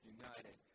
united